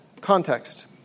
context